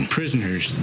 prisoners